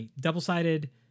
double-sided